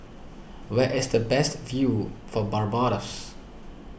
where is the best view for Barbados